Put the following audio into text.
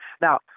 Now